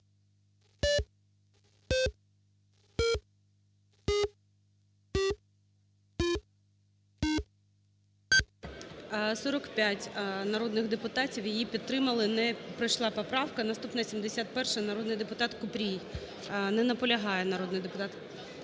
народних депутатів її підтримали. Не пройшла поправка. Наступна, 71-а, народний депутат Купрій. Не наполягає народний депутат Купрій.